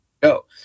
go